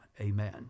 Amen